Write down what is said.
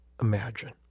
imagine